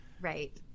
right